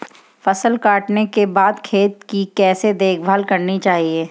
फसल काटने के बाद खेत की कैसे देखभाल करनी चाहिए?